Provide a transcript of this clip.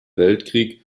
weltkrieg